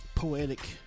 Poetic